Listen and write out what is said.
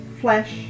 flesh